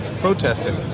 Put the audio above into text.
protesting